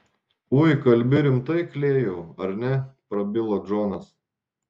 ui kalbi rimtai klėjau ar ne prabilo džonas